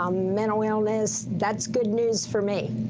um mental illness. that's good news for me.